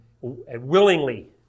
willingly